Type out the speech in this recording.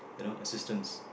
you know assistance